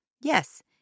Yes